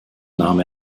nahm